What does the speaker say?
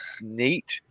neat